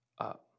up